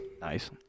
Nice